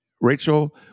Rachel